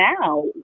now